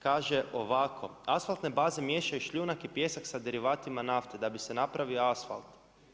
Kaže ovako: „Asfaltne baze miješaju šljunak i pijesak sa derivatima nafte da bi se napravio asfalt.